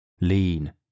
lean